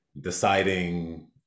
deciding